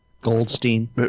Goldstein